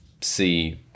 see